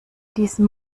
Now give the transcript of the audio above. diesem